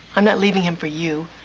i'm not leaving him for you.